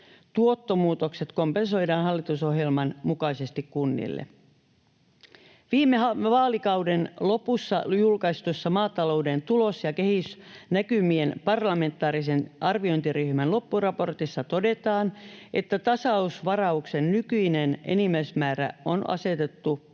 verotuottomuutokset kompensoidaan hallitusohjelman mukaisesti kunnille. Viime vaalikauden lopussa julkaistussa maatalouden tulos- ja kehitysnäkymien parlamentaarisen arviointiryhmän loppuraportissa todetaan, että tasausvarauksen nykyinen enimmäismäärä on asetettu vuonna